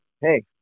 hey